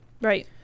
Right